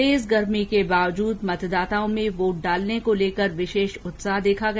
तेज गर्मी के बावजूद मतदाताओं में वोट डालने को लेकर विशेष उत्साह देखा गया